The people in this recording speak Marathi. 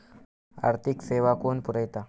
आर्थिक सेवा कोण पुरयता?